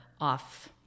off-